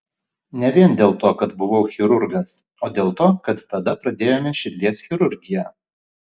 ne vien dėl to kad buvau chirurgas o dėl to kad tada pradėjome širdies chirurgiją